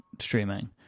streaming